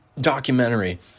documentary